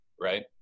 right